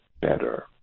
better